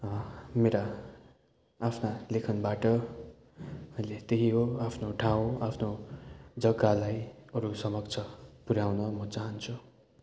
मेरा आफ्ना लेखनबाट अहिले त्यही हो आफ्नो ठाउँ आफ्नो जगालाई अरू समक्ष पुर्याउन म चाहन्छु